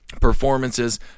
performances